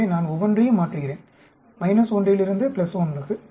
எனவே நான் ஒவ்வொன்றையும் மாற்றுகிறேன் 1 லிருந்து 1 க்கு